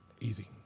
Easy